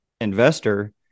investor